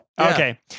Okay